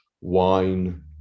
wine